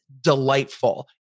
delightful